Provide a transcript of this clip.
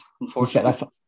unfortunately